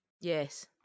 Yes